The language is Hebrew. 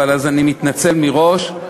אז אני מתנצל מראש.